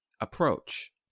approach